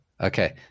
okay